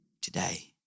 today